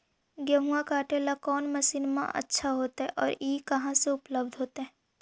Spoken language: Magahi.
गेहुआ काटेला कौन मशीनमा अच्छा होतई और ई कहा से उपल्ब्ध होतई?